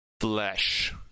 Flesh